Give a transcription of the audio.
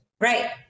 Right